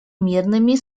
мирными